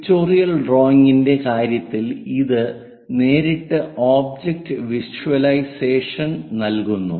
pictorial ഡ്രോയിംഗിന്റെ കാര്യത്തിൽ ഇത് നേരിട്ട് ഒബ്ജക്റ്റ് വിഷ്വലൈസേഷൻ നൽകുന്നു